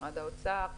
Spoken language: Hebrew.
משרד האוצר,